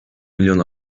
milyon